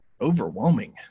overwhelming